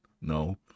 No